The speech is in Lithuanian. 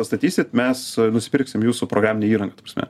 atstatysit mes nusipirksim jūsų programinę įrangą ta prasme